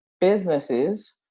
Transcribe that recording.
businesses